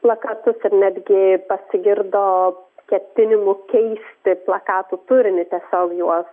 plakatus ir netgi pasigirdo ketinimų keisti plakatų turinį sau juos